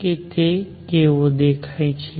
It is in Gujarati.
કે તેઓ કેવા દેખાય છે